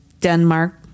Denmark